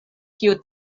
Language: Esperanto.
kiu